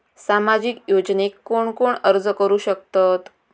सामाजिक योजनेक कोण कोण अर्ज करू शकतत?